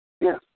yes